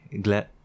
glad